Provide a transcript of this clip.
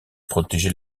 protéger